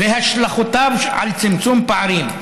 והשלכותיו על צמצום פערים,